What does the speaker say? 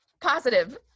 positive